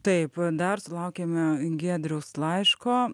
taip dar sulaukėme giedriaus laiško